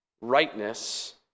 rightness